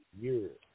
years